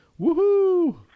Woohoo